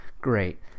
great